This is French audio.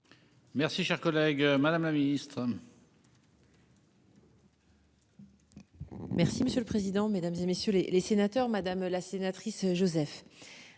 Merci cher collègue. Madame la Ministre.